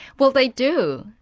well they do.